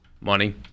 Money